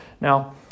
Now